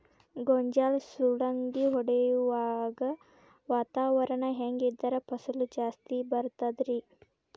ಗೋಂಜಾಳ ಸುಲಂಗಿ ಹೊಡೆಯುವಾಗ ವಾತಾವರಣ ಹೆಂಗ್ ಇದ್ದರ ಫಸಲು ಜಾಸ್ತಿ ಬರತದ ರಿ?